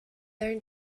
learn